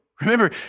Remember